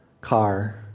car